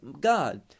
god